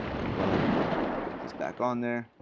let me go ahead and get this back on their.